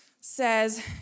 says